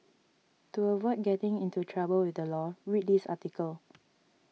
to avoid getting into trouble with the law read this article